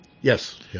Yes